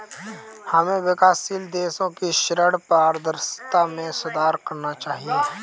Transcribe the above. हमें विकासशील देशों की ऋण पारदर्शिता में सुधार करना चाहिए